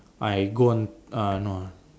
I go on uh no